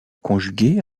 conjuguées